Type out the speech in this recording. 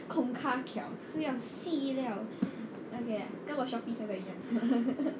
kong ka kiao 是要 si liao 跟我 Shopee 写的一样